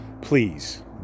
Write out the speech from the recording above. please